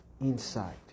inside